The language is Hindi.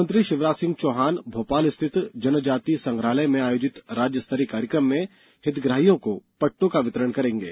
मुख्यमंत्री शिवराज सिंह चौहान भोपाल स्थित जनजातीय संग्रहालय में आयोजित राज्य स्तरीय कार्यक्रम में हितग्राहियों को पट्टों का वितरण करेंगे